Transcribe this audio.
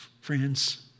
friends